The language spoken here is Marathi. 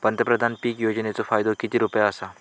पंतप्रधान पीक योजनेचो फायदो किती रुपये आसा?